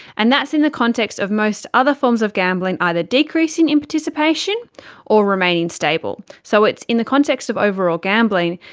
and that's in the context of most other forms of gambling either decreasing in participation or remaining stable. so in the context of overall gambling,